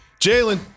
Jalen